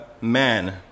man